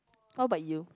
how about you